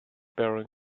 bearing